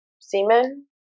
semen